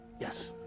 Yes